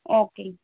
okay